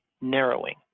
narrowing